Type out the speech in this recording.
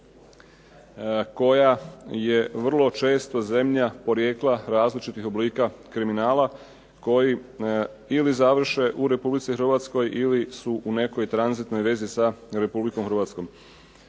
koja je vrlo često zemlja porijekla, različitih oblika kriminala, koji ili završe u Republici hrvatskoj ili su u nekoj tranzitnoj vezi sa Republikom Hrvatskom.